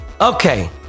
Okay